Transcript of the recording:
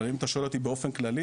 אבל, אם אתה שואל אותי באופן כללי,